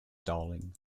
darling